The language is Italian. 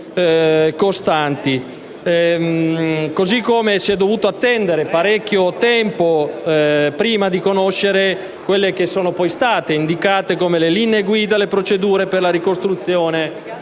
costanti. Si è dovuto attendere parecchio tempo prima di conoscere quelle che poi sono state indicate come le linee guida e le procedure per la ricostruzione